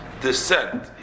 descent